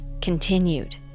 continued